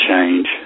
change